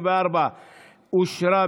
התשפ"ב 2022,